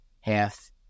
half